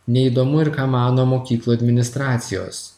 neįdomu ir ką mano mokyklų administracijos